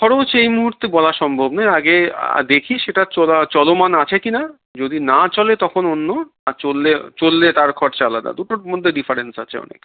খরচ মুহুর্তে বলা সম্ভব নয় আগে দেখি সেটা চলা চলমান আছে কি নাা যদি না চলে তখন অন্য আর চললে চললে তার খরচা আলাদা দুটোর মধ্যে ডিফারেন্স আছে অনেক